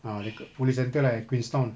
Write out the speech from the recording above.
ah the police centre lah at queenstown